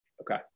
Okay